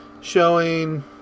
showing